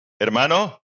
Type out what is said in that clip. Hermano